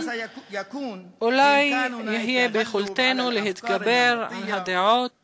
אולי יהיה ביכולתנו להתגבר על הדעות